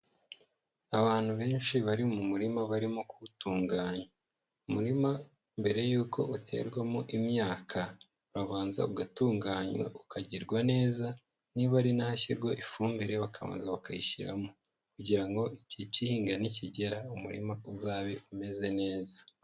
Abantu benshi bari mu murima barimo kuwutunganya, umurima mbere yuko uterwamo imyaka, urabanza ugatunganywa ukagirwa neza, niba ari nahashyirwa ifumbire bakaza bakayishyiramo kugira ngo igihe kihinga nikigera umurima uzabe umeze neza.